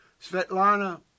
Svetlana